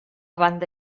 banda